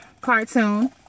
cartoon